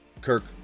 Kirk